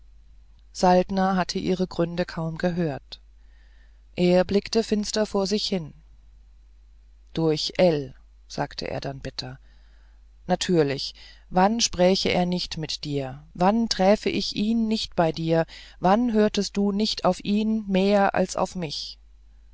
saltner hatte ihre gründe kaum gehört er blickte finster vor sich hin durch ell sagte er dann bitter natürlich wann spräche er nicht mit dir wann träfe ich ihn nicht bei dir wann hörtest du nicht auf ihn mehr als auf mich